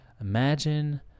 Imagine